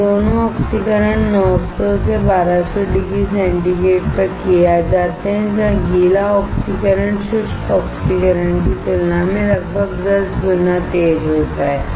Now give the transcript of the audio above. ये दोनों ऑक्सीकरण 900 से 1200 डिग्री सेंटीग्रेड पर किए जाते हैं जहाँ गीला ऑक्सीकरण शुष्क ऑक्सीकरण की तुलना में लगभग 10 गुना तेज होता है